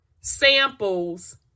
samples